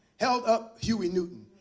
held up huey newton,